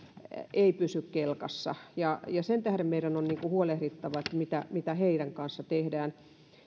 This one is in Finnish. ei pysy kelkassa sen tähden meidän on huolehdittava siitä mitä heidän kanssaan tehdään